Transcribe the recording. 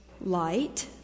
light